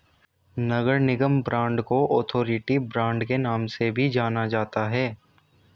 नगर निगम बांड को authority bond के नाम से भी जाना जाता है